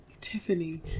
tiffany